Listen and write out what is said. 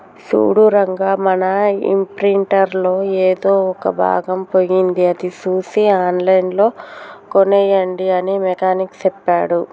సూడు రంగా మన ఇంప్రింటర్ లో ఎదో ఒక భాగం పోయింది అది సూసి ఆన్లైన్ లో కోనేయండి అని మెకానిక్ సెప్పాడు